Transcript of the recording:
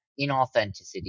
inauthenticity